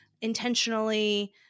intentionally